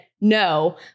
no